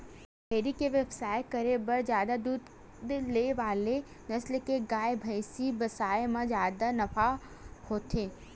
dairy के बेवसाय करे बर जादा दूद दे वाला नसल के गाय, भइसी बिसाए म जादा नफा होथे